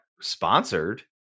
sponsored